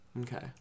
Okay